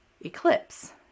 eclipse